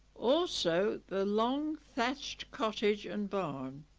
also the long thatched cottage and barn